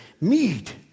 meat